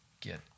Get